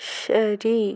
ശരി